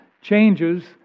changes